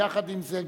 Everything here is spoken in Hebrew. יחד עם זה,